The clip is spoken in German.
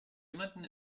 jemanden